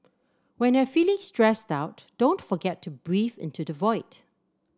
when you are feeling stressed out don't forget to breathe into the void